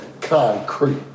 concrete